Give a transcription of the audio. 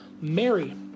mary